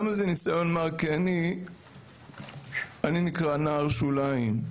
אני נקרע נער שוליים.